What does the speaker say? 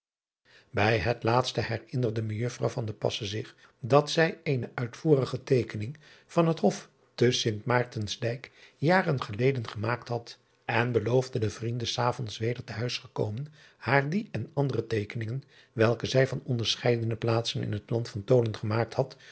ij het laatste herinnerde ejufrrouw zich dat zij eene uitvoerige teekening van het of te t aartensdijk jaren geleden gemaakt had en beloofde den vrienden s avonds weder te huis gekomen haar die en andere eekeningen welke zij van onderscheiden plaatsen in het land van holen gemaakt had